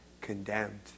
condemned